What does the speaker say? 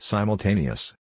Simultaneous